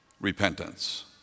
repentance